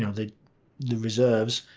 you know the the reserves.